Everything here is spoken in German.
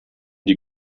die